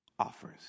Offers